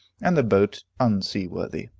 and the boat unseaworthy.